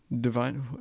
divine